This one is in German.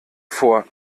vor